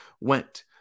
went